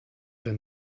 den